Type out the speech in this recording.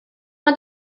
ond